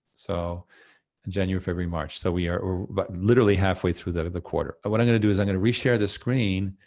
so, and january, february, march. so we are about but literally half way through the the quarter. what i'm gonna do, is i'm gonna reshare the screen,